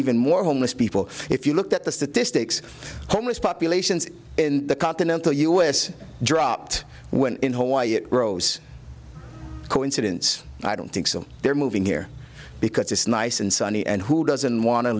even more homeless people if you looked at the statistics homeless populations in the continental u s dropped when in hawaii it rose coincidence i don't think so they're moving here because it's nice and sunny and who doesn't wan